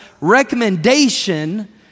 recommendation